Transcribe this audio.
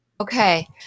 Okay